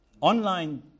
Online